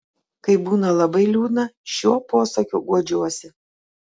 kai būna labai liūdna šiuo posakiu guodžiuosi